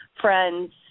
friends